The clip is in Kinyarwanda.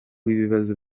w’ibibazo